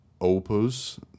Opus